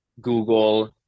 Google